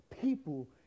people